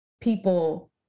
people